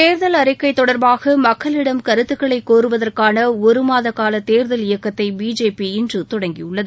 தேர்தல் அறிக்கை தொடர்பாக மக்களிடம் கருத்துக்களை கோருவதற்கான ஒரு மாத கால தேர்தல் இயக்கத்தை பிஜேபி இன்று தொடங்கியுள்ளது